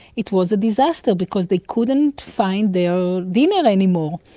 it was a disaster because they couldn't find their dinner anymore,